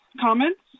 comments